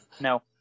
No